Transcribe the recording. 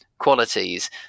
qualities